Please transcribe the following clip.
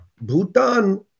Bhutan